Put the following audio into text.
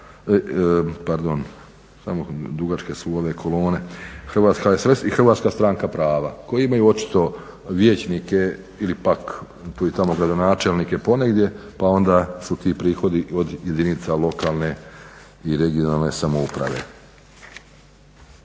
Hrvatska stranka prava koji imaju očito vijećnike ili pak tu i tamo gradonačelnike ponegdje pa onda su ti prihodi od jedinica lokalne i regionalne samouprave.